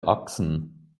achsen